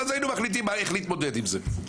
ואז היינו מחליטים איך להתמודד עם זה.